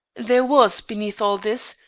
there was, beneath all this,